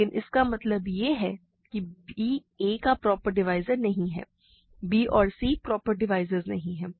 लेकिन इसका मतलब यह है कि b a का प्रॉपर डिवाइज़र नहीं है b और c प्रॉपर डिवाइज़र्स नहीं हैं